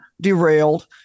derailed